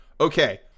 okay